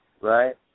Right